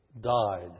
died